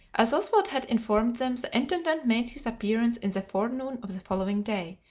as oswald had informed them, the intendant made his appearance in the forenoon of the following day,